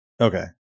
Okay